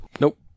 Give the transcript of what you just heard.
Nope